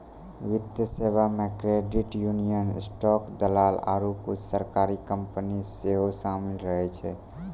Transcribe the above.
वित्तीय सेबा मे क्रेडिट यूनियन, स्टॉक दलाल आरु कुछु सरकारी कंपनी सेहो शामिल रहै छै